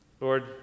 Lord